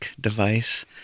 device